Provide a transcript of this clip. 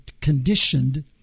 conditioned